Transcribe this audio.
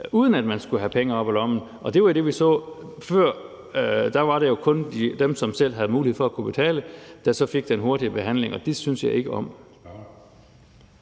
uden at man skulle have penge op af lommen. Og der var det, vi så før, at det jo kun var dem, som havde mulighed for at betale, der fik den hurtige behandling, og det syntes jeg ikke om.